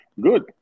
Good